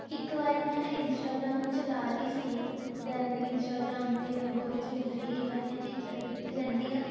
ਇੱਕ ਵਾਰੀ ਮੈਂ ਇੰਸਟਾਗ੍ਰਾਮ ਚਲਾ ਰਹੀ ਸੀ ਦੈਂਨ ਇੰਸਟਾਗ੍ਰਾਮ 'ਤੇ ਮੈਂ ਬਹੁਤ ਜੁਵੇਲਰੀ ਵਾਲੀਆਂ ਚੀਜ਼ਾਂ ਦੇਖਦੀ ਰਹਿੰਦੀ ਹਾਂ